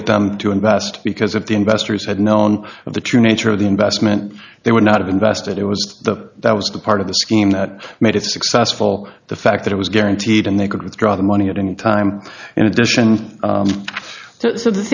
get them to invest because of the investors had known of the true nature of the investment they would not have invested it was the that was the part of the scheme that made it successful the fact that it was guaranteed and they could withdraw the money at any time in addition so the